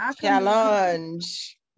challenge